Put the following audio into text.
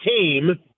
team